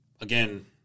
again